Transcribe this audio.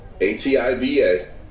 A-T-I-B-A